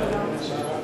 למה אתה מחכה?